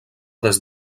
des